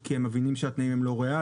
כי הם מבינים שהתנאים הם לא ריאליים.